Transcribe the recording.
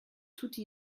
toute